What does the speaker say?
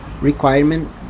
requirement